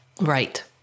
Right